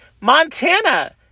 Montana